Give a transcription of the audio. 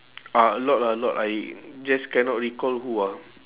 ah a lot a lot I just cannot recall who ah